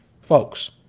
folks